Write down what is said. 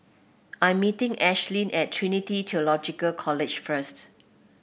I'm meeting Ashlynn at Trinity Theological College first